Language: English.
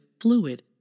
fluid